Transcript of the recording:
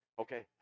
Okay